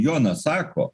jonas sako